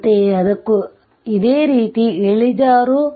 ಅಂತೆಯೇ ಇದಕ್ಕೂ ಇದೇ ರೀತಿ ಇಳಿಜಾರು